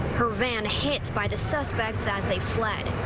her van hit by the suspects as they fled.